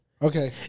Okay